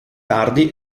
tardi